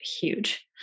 huge